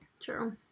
True